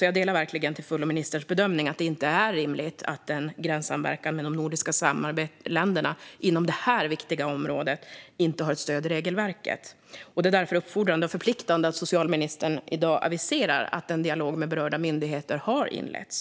Jag delar verkligen till fullo ministerns bedömning att det inte är rimligt att en gränssamverkan mellan de nordiska länderna inom det här viktiga området inte har stöd i regelverket. Det är därför uppfordrande och förpliktande att socialministern i dag aviserar att en dialog med berörda myndigheter har inletts.